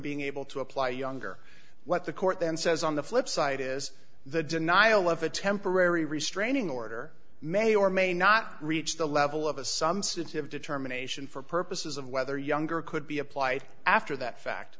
being able to apply younger what the court then says on the flip side is the denial of a temporary restraining order may or may not reach the level of a some city of determination for purposes of whether younger could be applied after that fact